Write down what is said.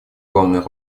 главной